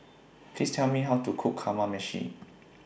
Please Tell Me How to Cook Kamameshi